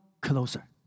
closer